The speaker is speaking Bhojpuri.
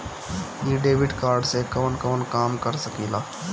इ डेबिट कार्ड से कवन कवन काम कर सकिला?